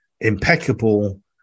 impeccable